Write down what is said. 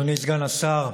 אדוני סגן השר,